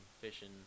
fishing